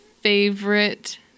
favorite